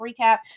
recap